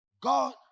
God